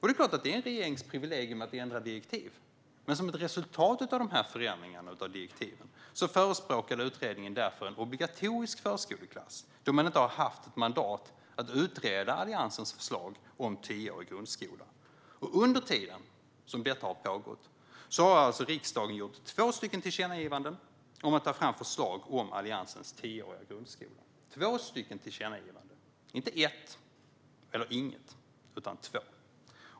Det är klart att det är en regerings privilegium att ändra direktiv, men som ett resultat av dessa förändringar av direktiven förespråkade utredningen en obligatorisk förskoleklass då man inte haft mandat att utreda Alliansens förslag om en tioårig grundskola. Under tiden som detta har pågått har riksdagen alltså gjort två tillkännagivanden om att ta fram förslag om Alliansens tioåriga grundskola. Det är två tillkännagivanden - inte ett eller inget utan två.